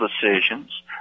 decisions